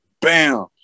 bam